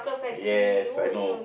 yes I know